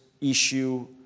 issue